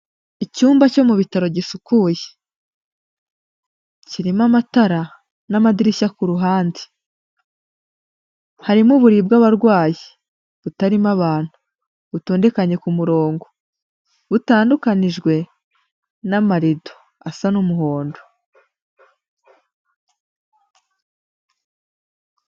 Icyumba cyo mu bitaro gisukuye. Kirimo amatara n'amadirishya ku ruhande. Harimo uburiri bw'abarwayi butarimo abantu, butondekanye ku murongo, butandukanijwe n'amarido asa n'umuhondo.